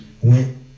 went